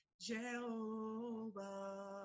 Jehovah